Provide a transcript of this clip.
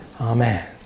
Amen